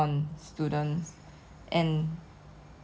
I will still want to be that cause I feel like it's really the job that